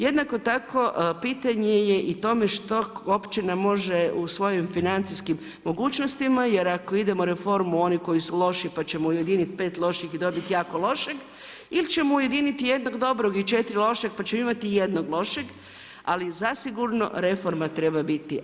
Jednako tako pitanje je u tome što općina može u svojim financijskim mogućnostima, jer ako idemo u reformu onih koji su loši, pa ćemo ujediniti 5 loših i dobiti jako loše ili ćemo ujediniti jednog dobrog i 4 lošeg pa ćemo imati 1 lošeg, ali zasigurno reforma treba biti.